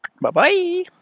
Bye-bye